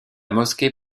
mosquée